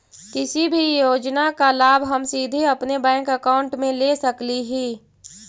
किसी भी योजना का लाभ हम सीधे अपने बैंक अकाउंट में ले सकली ही?